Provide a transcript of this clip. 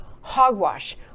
hogwash